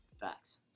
Facts